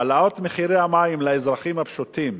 העלאות מחירי המים לאזרחים הפשוטים,